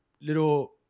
little